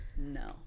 No